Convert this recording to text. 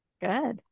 Good